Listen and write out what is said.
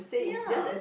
ya